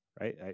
right